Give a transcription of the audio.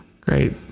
great